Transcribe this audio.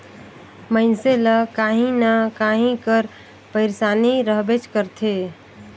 मइनसे ल काहीं न काहीं कर पइरसानी रहबेच करथे